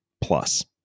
Plus